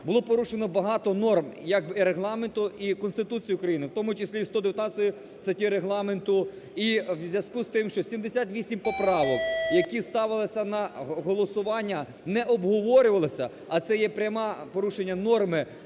було порушено багато норм як і Регламенту, і Конституції України, в тому числі 119 статтю Регламенту. І у зв'язку з тим, що 78 поправок, які ставилися на голосування не обговорювалися, а це є пряме порушення норм